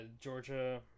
Georgia